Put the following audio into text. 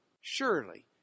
surely